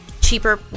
cheaper